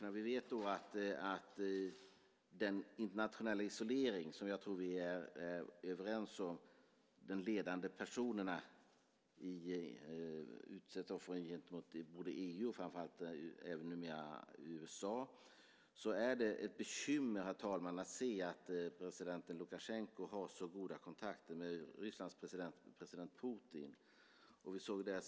När det gäller den internationella isolering som - det tror jag att vi är överens om - ledande personer utsätts för gentemot EU och numera framför allt även USA är det ett bekymmer att se att president Lukasjenko har så goda kontakter med Rysslands president Putin.